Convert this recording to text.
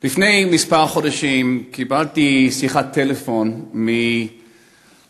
לפני כמה חודשים קיבלתי שיחת טלפון מההורים